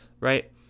right